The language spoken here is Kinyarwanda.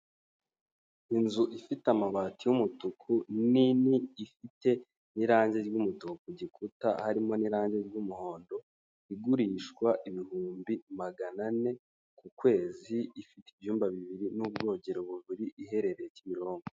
Inzu ifite amabati y'umutuku nini ifite n'irangi ry'umutuku ku gikuta harimo n'irangi ry'umuhondo, igurishwa ibihumbi magana ane ku kwezi, ifite ibyumba bibiri n'ubwogero bubiri iherereye Kimironko.